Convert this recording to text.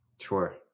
sure